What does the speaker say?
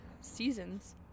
seasons